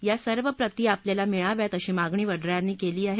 या सर्व प्रति आपल्याला मिळाव्यात अशी मागणी वडरा यांनी केली आहे